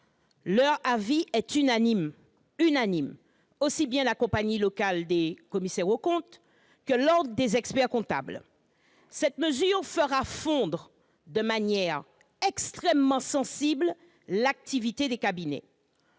-, aussi bien celui de la compagnie locale des commissaires aux comptes que celui de l'ordre des experts-comptables : cette mesure fera fondre de manière extrêmement sensible l'activité des cabinets,